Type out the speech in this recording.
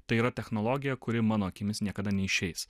tai yra technologija kuri mano akimis niekada neišeis